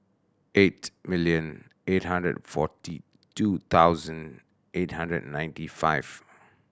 eight million eight hundred and forty two thousand eight hundred and ninety five